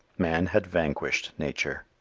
man had vanquished nature.